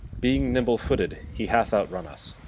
being nimble-footed, he hath outrun us,